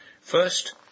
First